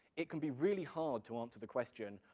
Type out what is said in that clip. it can be really hard to answer the question,